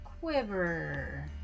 Quiver